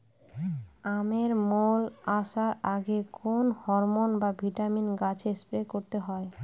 আমের মোল আসার আগে কোন হরমন বা ভিটামিন গাছে স্প্রে করতে হয়?